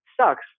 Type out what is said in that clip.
sucks